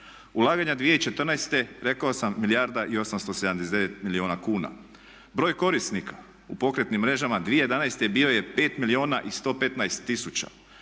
Ulaganja 2014.rekao sam 1 milijarda i 879 milijuna kuna, broj korisnika u pokretnim mrežama 2011.bio je 5 milijuna i 115 tisuća,